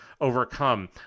overcome